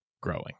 growing